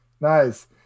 nice